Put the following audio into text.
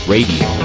Radio